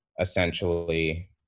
essentially